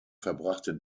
verbrachte